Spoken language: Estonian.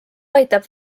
aitab